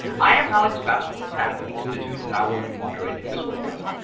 i am alex bass with the sans institute and i will be moderating this webcast.